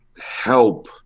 help